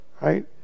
right